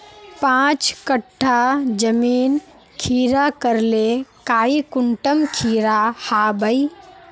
पाँच कट्ठा जमीन खीरा करले काई कुंटल खीरा हाँ बई?